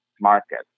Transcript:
market